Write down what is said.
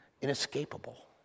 inescapable